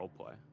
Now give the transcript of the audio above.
roleplay